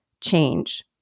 change